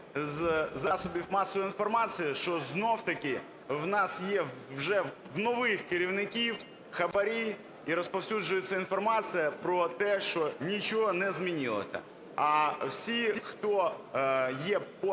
із засобів масової інформації, що знову-таки у нас є вже в нових керівників хабарі, і розповсюджується інформація про те, що нічого не змінилося. А всі, хто є під